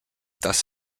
thus